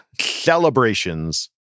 celebrations